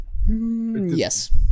yes